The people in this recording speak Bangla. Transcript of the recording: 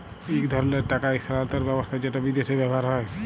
ইক ধরলের টাকা ইস্থালাল্তর ব্যবস্থা যেট বিদেশে ব্যাভার হ্যয়